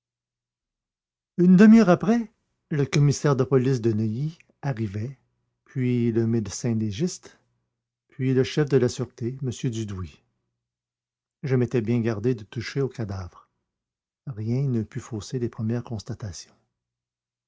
une demi-heure après le commissaire de police de neuilly arrivait puis le médecin légiste puis le chef de la sûreté m dudouis je m'étais bien gardé de toucher au cadavre rien ne put fausser les premières constatations